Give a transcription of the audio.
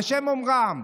בשם אומרם,